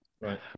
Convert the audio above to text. Right